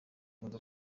kuza